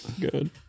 Good